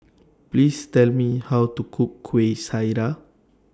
Please Tell Me How to Cook Kueh Syara